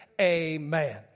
Amen